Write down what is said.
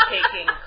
Taking